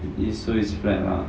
is so is bad lah